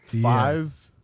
five